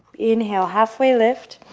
inhale, halfway lift.